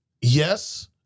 Yes